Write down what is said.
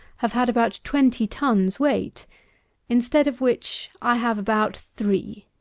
have had about twenty tons weight instead of which i have about three!